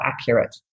accurate